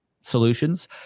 solutions